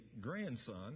grandson